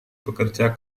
bekerja